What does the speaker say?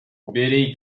bede